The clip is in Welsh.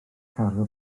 cario